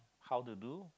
how to do